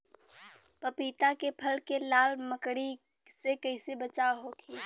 पपीता के फल के लाल मकड़ी से कइसे बचाव होखि?